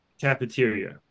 cafeteria